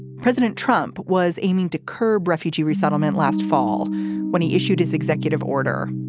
president trump was aiming to curb refugee resettlement last fall when he issued his executive order,